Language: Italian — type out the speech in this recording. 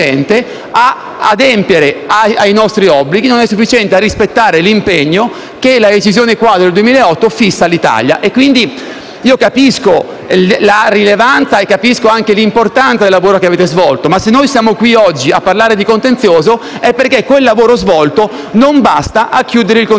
non è sufficiente ad adempiere ai nostri obblighi e a rispettare l'impegno che la decisione quadro del 2008 aveva fissato all'Italia. Capisco la rilevanza e anche l'importanza del lavoro che avete svolto, ma se siamo qui oggi a parlare di contenzioso è perché quel lavoro non basta a chiudere il contenzioso